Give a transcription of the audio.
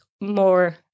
more